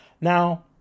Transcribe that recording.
now